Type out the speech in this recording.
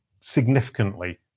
significantly